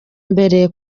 mbere